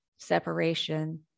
separation